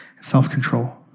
self-control